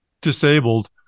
disabled